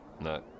no